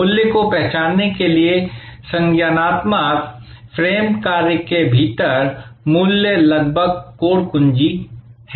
मूल्य को पहचानने के लिए संज्ञानात्मक फ्रेम कार्य के भीतर मूल्य लगभग कोर एक कुंजी है